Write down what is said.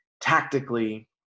tactically